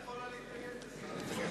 איך את יכולה להתנגד לזה?